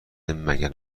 مگر